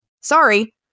Sorry